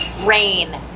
rain